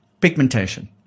Pigmentation